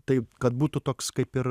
taip kad būtų toks kaip ir